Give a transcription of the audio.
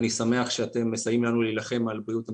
אני שמח שאתם מסייעים לנו להילחם על בריאות המטופלים.